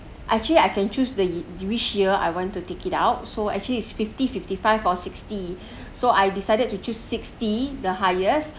actually I can choose the till which year I want to take it out so actually it's fifty fifty five or sixty so I decided to choose sixty the highest